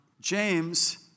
James